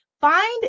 find